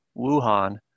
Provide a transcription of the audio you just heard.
Wuhan